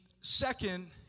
second